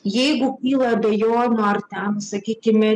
jeigu kyla abejonių ar ten sakykime